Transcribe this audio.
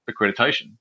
accreditation